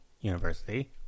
University